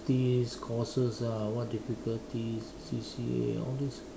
~ity courses lah what difficulties C_C_A all these